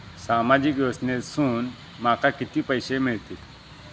सामाजिक योजनेसून माका किती पैशे मिळतीत?